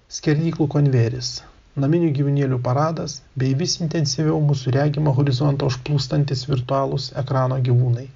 skerdyklų konvejeris naminių gyvūnėlių paradas bei vis intensyviau mūsų regimą horizontą užplūstantys virtualūs ekrano gyvūnai